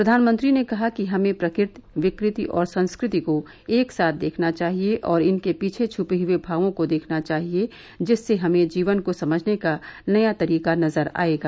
प्रधानमंत्री ने कहा कि हमें प्रकृति विकृति और संस्कृति को एक साथ देखना चाहिए और इनके पीछे छुपे हुए भावों को देखना चाहिए जिससे हमें जीवन को समझने का नया तरीका नजर आयेगा